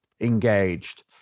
engaged